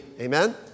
Amen